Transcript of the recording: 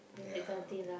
yeah